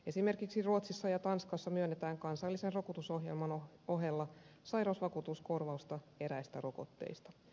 esimerkiksi ruotsissa ja tanskassa myönnetään kansallisen rokotusohjelman ohella sairausvakuutuskorvausta eräistä rokotteista